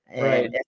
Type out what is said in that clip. Right